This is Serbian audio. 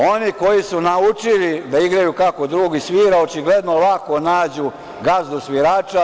Oni koji su naučili da igraju kako drugi svira, očigledno lako nađu gazdu svirača.